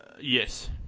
Yes